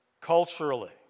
culturally